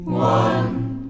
One